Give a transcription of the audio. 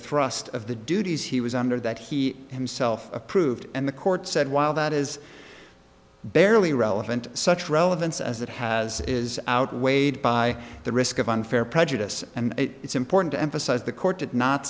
thrust of the duties he was under that he himself approved and the court said while that is barely relevant such relevance as it has is outweighed by the risk of unfair prejudice and it's important to emphasize the court did not